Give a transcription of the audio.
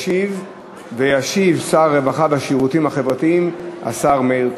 ישיב שר הרווחה והשירותים החברתיים, השר מאיר כהן.